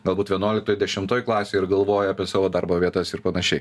galbūt vienuoliktoj dešimtoj klasėj ir galvoja apie savo darbo vietas ir panašiai